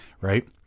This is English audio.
Right